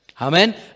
Amen